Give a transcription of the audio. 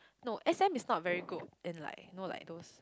no S_M is not very good and like not like those